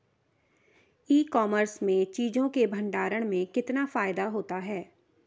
ई commerce में चीज़ों के भंडारण में कितना फायदा होता है?